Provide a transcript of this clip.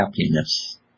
happiness